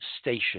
Station